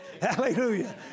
Hallelujah